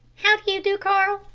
how do you do, carl?